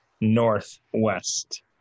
northwest